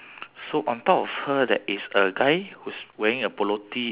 then the golf area do you have a red flag